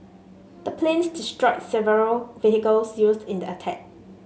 the planes destroyed several vehicles used in the attack